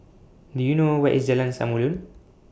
Do YOU know Where IS Jalan Samulun